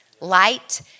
Light